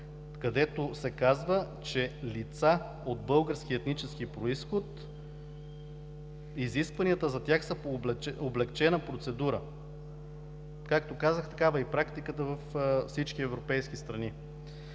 където се казва, че лица от български етнически произход – изискванията за тях са по облекчена процедура. Както казах, такава е и практиката във всички европейски страни.